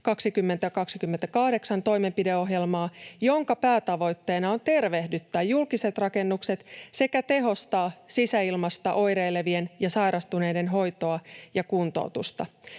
2028 ‑toimenpideohjelmaa, jonka päätavoitteena on tervehdyttää julkiset rakennukset sekä tehostaa sisäilmasta oireilevien ja sairastuneiden hoitoa ja kuntoutusta.